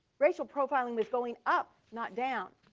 racial profiling was going up, not down,